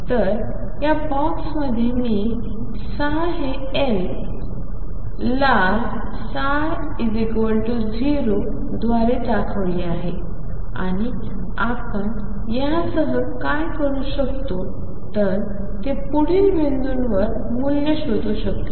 तर या बॉक्समध्ये मी ψ हे लाल ψ 0 द्वारे दाखवले आहे आणि आपण यासह काय करू शकतो तर ते पुढील बिंदूवर मूल्य शोधू शकतो